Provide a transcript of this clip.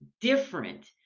different